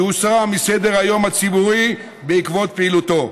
שהוסרה מסדר-היום הציבורי בעקבות פעילותו.